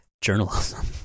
journalism